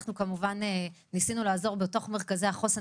אנחנו כמובן ניסינו לעזור בתוך מרכזי החוסן,